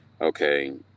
okay